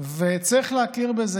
וצריך להכיר בזה.